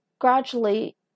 gradually